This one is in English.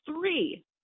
three